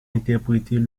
interpréter